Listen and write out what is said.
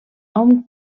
hom